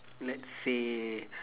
let's say